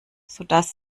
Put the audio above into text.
sodass